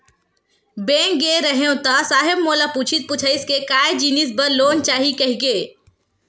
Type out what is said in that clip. Bank गे रेहे हंव ता साहेब मोला पूछिस पुछाइस के काय जिनिस बर लोन चाही कहिके?